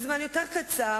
שלוש, אפשר לקרוא לו "רמסטינה"?